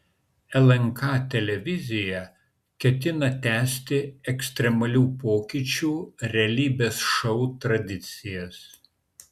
lnk televizija ketina tęsti ekstremalių pokyčių realybės šou tradicijas